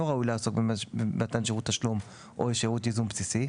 ראוי לעסוק במתן שירות תשלום או שירות ייזום בסיסי,